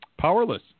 Powerless